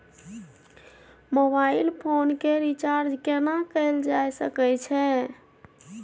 Mobile phone के recharge केना कैल जा सकै छै?